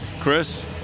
Chris